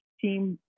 team